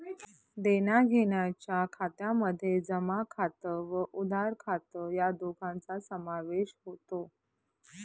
देण्याघेण्याच्या खात्यामध्ये जमा खात व उधार खात या दोघांचा समावेश होतो